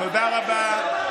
תודה רבה.